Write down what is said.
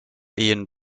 iain